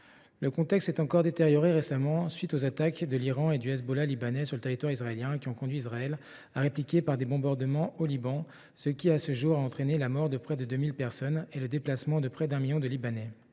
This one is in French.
Le contexte s’est encore détérioré récemment à la suite des attaques de l’Iran et du Hezbollah libanais sur le territoire israélien, qui ont conduit Israël à répliquer par des bombardements au Liban, ce qui a entraîné, à ce jour, la mort de près de 2 000 personnes et le déplacement de près d’un million de Libanais.